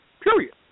period